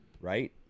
right